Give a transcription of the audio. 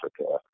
Africa